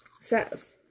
says